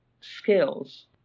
skills